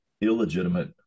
illegitimate